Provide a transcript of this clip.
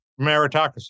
meritocracy